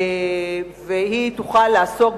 והיא תוכל לעסוק,